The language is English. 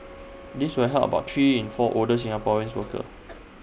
this will help about three in four older Singaporeans workers